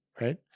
right